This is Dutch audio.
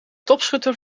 topschutter